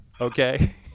okay